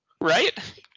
Right